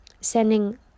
sending